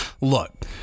look